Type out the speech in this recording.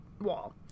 wall